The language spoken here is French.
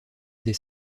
des